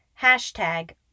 Hashtag